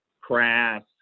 Crass